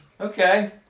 Okay